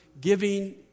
giving